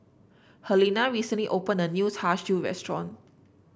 Helena recently opened a new Char Siu restaurant